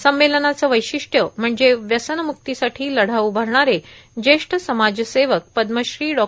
संमेलनाचं वैशिष्ट्य म्हणजे व्यसनम्क्तीसाठों लढा उभारणारे ज्येष्ठ समाजसेवक पद्मश्री डॉ